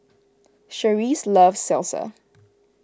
Cherise loves Salsa